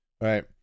right